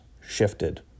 shifted